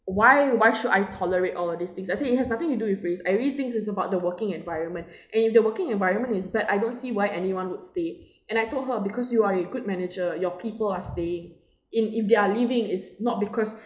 why why should I tolerate all of these things I said it has nothing to do with race everything is about the working environment and if the working environment is bad I don't see why anyone would stay and I told her because you are a good manager your people are staying if if they're leaving its not because